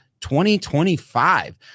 2025